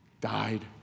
died